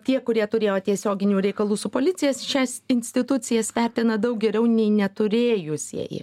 tie kurie turėjo tiesioginių reikalų su policija šias institucijas vertina daug geriau nei neturėjusieji